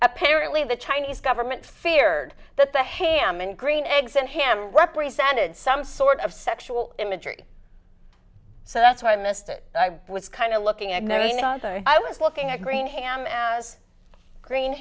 apparently the chinese government feared that the ham and green eggs and ham represented some sort of sexual imagery so that's why i missed it i was kind of looking at i was looking at green ham as green